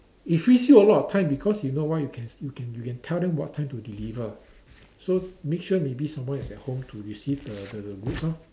it frees you a lot of time because you know why you can you can you can tell them what time to deliver so make sure maybe someone is at home to receive the the the goods lor